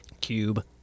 Cube